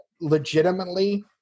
legitimately